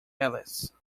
alice